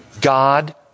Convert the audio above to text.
God